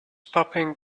popping